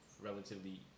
Relatively